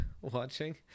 watching